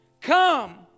come